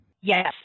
Yes